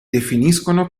definiscono